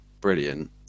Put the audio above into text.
brilliant